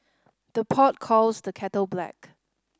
the pot calls the kettle black